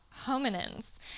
hominins